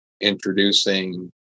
introducing